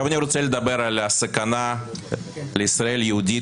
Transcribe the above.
11:08) אני רוצה לדבר על הסכנה לישראל יהודית